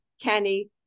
Kenny